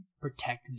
protect